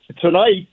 tonight